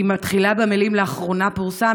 היא מתחילה במילים "לאחרונה פורסם",